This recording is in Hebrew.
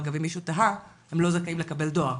אגב, אם מישהו תהה, הם לא זכאים לקבל דואר.